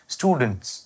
Students